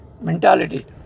mentality